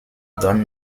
donne